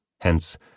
hence